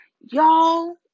y'all